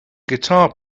guitar